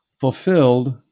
fulfilled